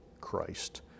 Christ